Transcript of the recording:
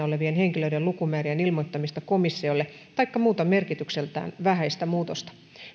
olevien henkilöiden lukumäärien ilmoittamista komissiolle taikka muuta merkitykseltään vähäistä muutosta